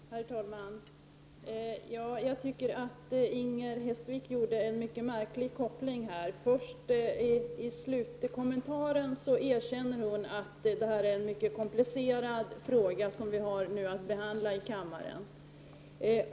Herr talman! Jag tycker att Inger Hestvik här gjorde en mycket märklig koppling. Först i slutet av anförandet erkänner hon att det är en mycket komplicerad fråga som vi nu har att behandla i kammaren.